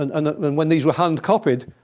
and and and and when these were hand-copied,